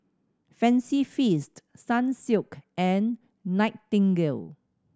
Fancy Feast Sunsilk and Nightingale